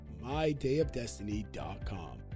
mydayofdestiny.com